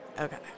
Okay